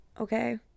okay